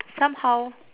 somehow